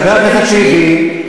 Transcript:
חבר הכנסת שטבון.